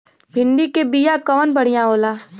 भिंडी के बिया कवन बढ़ियां होला?